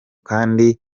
kandi